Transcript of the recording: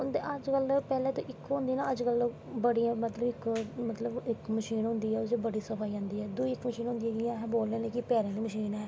अज्ज कल पैह्लैं ते इक्को होंदा अज्ज कल इक मशीन होंदा ऐ मतलव बड़ी सफाई आंदी ऐ दुई होंदी ऐ कि प्यारी जेही मशीन ऐ